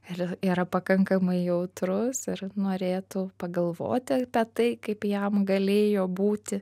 ir yra pakankamai jautrus ir norėtų pagalvoti apie tai kaip jam galėjo būti